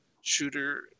shooter